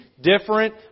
different